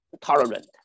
tolerant